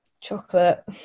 Chocolate